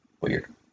Weird